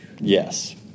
Yes